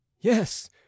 Yes